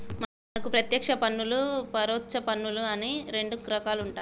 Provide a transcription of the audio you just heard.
మనకు పత్యేక్ష పన్నులు పరొచ్చ పన్నులు అని రెండు రకాలుంటాయి